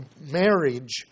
marriage